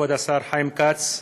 כבוד השר חיים כץ,